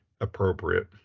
appropriate